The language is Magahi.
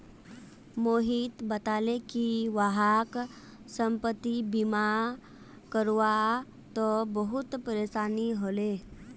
मोहित बताले कि वहाक संपति बीमा करवा त बहुत परेशानी ह ले